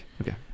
Okay